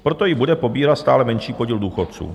Proto ji bude pobírat stále menší podíl důchodců.